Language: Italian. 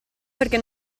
perché